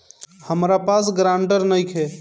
हमरा पास ग्रांटर नइखे?